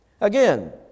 Again